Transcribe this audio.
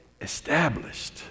established